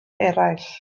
eraill